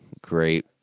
Great